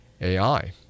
AI